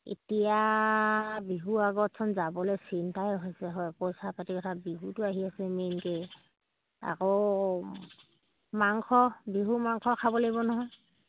এতিয়া বিহু আগতচোন যাবলৈ চিন্তাই হৈছে হয় পইচা পাতিৰ কথা বিহুটো আহি আছে মেইনকৈ আকৌ মাংস বিহু মাংস খাব লাগিব নহয়